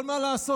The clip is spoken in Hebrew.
אבל מה לעשות?